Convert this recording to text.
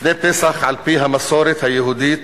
לפני פסח, לפי המסורת היהודית,